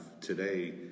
today